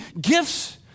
gifts